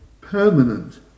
permanent